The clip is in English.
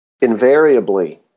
invariably